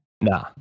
Nah